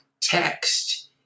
text